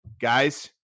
guys